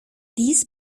dies